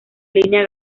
línea